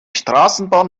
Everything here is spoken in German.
straßenbahn